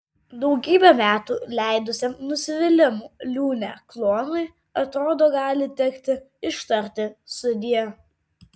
daugybę metų leidusiam nusivylimų liūne klounui atrodo gali tekti ištarti sudie